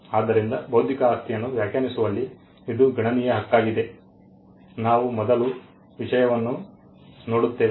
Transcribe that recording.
ಆದ್ದರಿಂದ ಬೌದ್ಧಿಕ ಆಸ್ತಿಯನ್ನು ವ್ಯಾಖ್ಯಾನಿಸುವಲ್ಲಿ ಇದು ಗಣನೀಯ ಹಕ್ಕಾಗಿದೆ ನಾವು ಮೊದಲು ವಿಷಯವನ್ನು ನೋಡುತ್ತೇವೆ